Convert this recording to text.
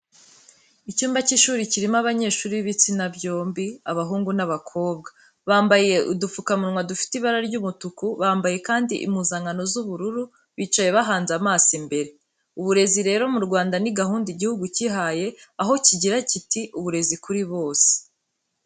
Icyumba cy'ishuri kirimo abanyeshuri b'ibitsina byombi, abahungu n'abakobwa. Bambaye udupfukamunwa dufite ibara ry'umutuku, bambaye kandi impuzankano z'ubururu, bicaye bahanze amaso imbere. Uburezi rero mu Rwanda ni gahunda igihugu cyihaye aho kigira kiti: "Uburezi kuri bose."